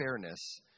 fairness